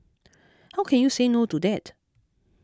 how can you say no to that